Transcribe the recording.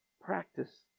Practice